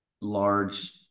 large